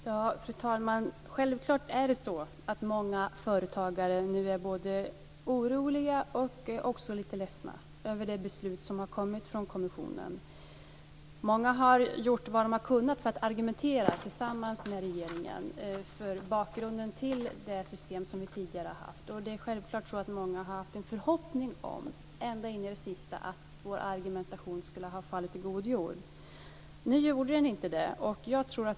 Fru talman! Självklart är många företagare nu både oroliga och också lite ledsna över det beslut som har kommit från kommissionen. Många har gjort vad de har kunnat för att argumentera tillsammans med regeringen för bakgrunden till det system som vi tidigare har haft. Det är självklart så att många ända in i det sista har haft en förhoppning om att vår argumentation skulle ha fallit i god jord. Nu gjorde den inte det.